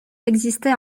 existait